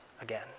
again